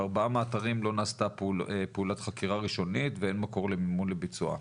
בארבעה מהאתרים לא נעשתה פעולת חקירה ראשונית ואין מקור למימון לביצועה.